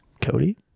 Cody